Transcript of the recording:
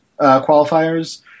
qualifiers